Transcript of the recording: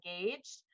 engaged